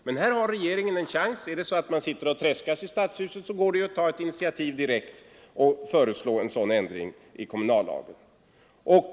Men här har regeringen en chans: tredskas man i Stockholms stadshus, kan regeringen ta ett initiativ direkt och föreslå en sådan ändring i kommunallagen.